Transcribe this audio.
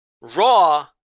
Raw